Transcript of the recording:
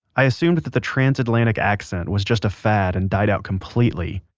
i assumed that the transatlantic accent was just a fad and died out completely.